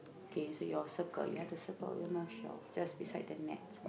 okay so your circle so you have to circle your the North Shore just beside the net